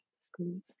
schools